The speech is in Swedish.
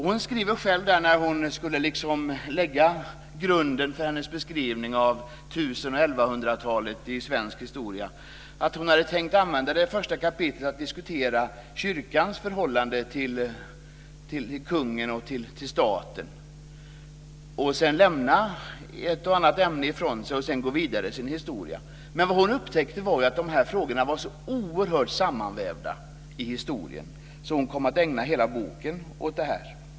Hon skriver att när hon skulle lägga grunden för sin beskrivning av 1000 och 1100-talet i svensk historia hade hon tänkt använda det första kapitlet till att diskutera kyrkans förhållande till kungen och staten och sedan lämna ett och annat ämne ifrån sig och gå vidare i sin historia. Men hon upptäckte att de här frågorna var så oerhört sammanvävda i historien att hon kom att ägna hela boken åt detta.